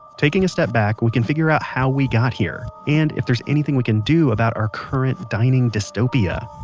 taking a step back, we can figure out how we got here, and if there's anything we can do about our current dining dystopia.